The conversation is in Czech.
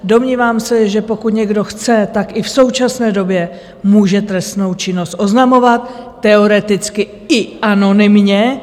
Domnívám se, že pokud někdo chce, tak i v současné době může trestnou činnost oznamovat teoreticky i anonymně.